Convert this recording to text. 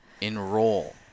enroll